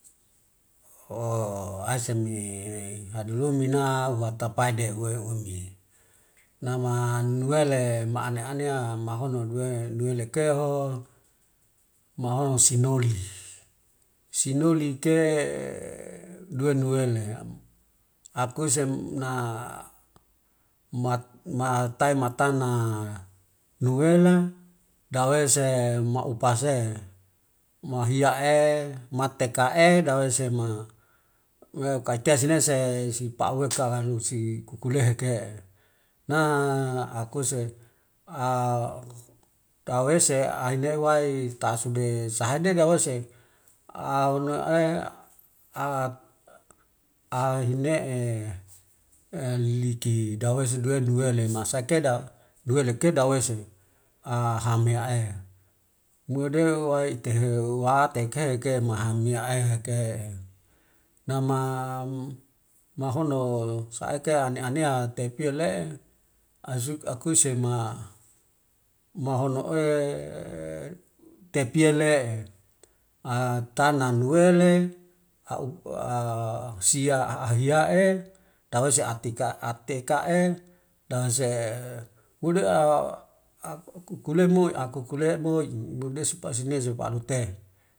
Hooo aiseme hadolumena uhata paide uweun'i nam nuwele ma ane anea mahonu duwe nuelekeho mahono sinoli. Sinoli ike duwe nuele akuse na matai matana nuene dawese mau pase, mahiae matekae dawese ma kaitia sinese sipauweka ahanusi kukule hake'e naa akuse dawese ahinewai tasude sahaide dawese ahine'e liki dawese nuele ma saikeda duwelw keda dawese hameae. Nuede wai itahe waate ke ike mani yaehe ke nama mahono saeke ane anea tei piale asuk akuse ma mahono tepia le'e tanan nuele au sia ahiyae dawese tika ateka'e dawese hude kkukulemoi akukule moi budesi pasimesi anu te'i.